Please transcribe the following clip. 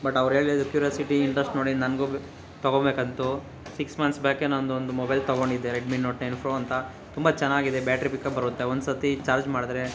but ಅವ್ರು ಹೇಳಿದ್ curiosity interest ನೋಡಿ ನನಗೂ ತಗೊಬೇಕಂತ ಸಿಕ್ಸ್ ಮಂತ್ಸ್ ಬ್ಯಾಕೆ ನನ್ನದೊಂದು ಮೊಬೈಲ್ ತಗೊಂಡಿದ್ದೆ ರೆಡ್ಮಿ ನೋಟ್ ನೈನ್ ಫ್ರೋ ಅಂತ ತುಂಬ ಚೆನ್ನಾಗಿದೆ ಬ್ಯಾಟ್ರಿ ಪಿಕಪ್ ಬರುತ್ತೆ ಒಂದ್ಸತಿ ಚಾರ್ಜ್ ಮಾಡಿದ್ರೆ